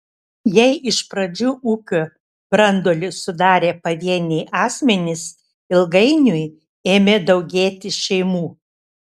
jei iš pradžių ūkio branduolį sudarė pavieniai asmenys ilgainiui ėmė daugėti šeimų